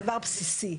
דבר בסיסי.